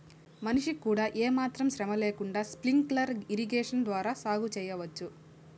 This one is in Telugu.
మనిషికి కూడా ఏమాత్రం శ్రమ లేకుండా స్ప్రింక్లర్ ఇరిగేషన్ ద్వారా సాగు చేయవచ్చు